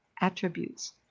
attributes